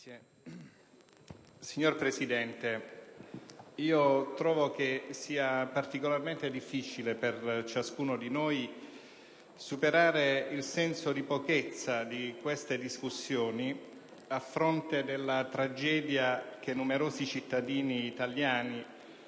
Signor Presidente, trovo che sia particolarmente difficile per ciascuno di noi superare il senso di pochezza di queste discussioni, a fronte della tragedia che numerosi cittadini italiani